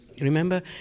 remember